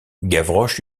gavroche